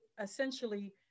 essentially